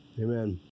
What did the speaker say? amen